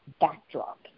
backdrop